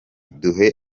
duhe